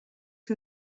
who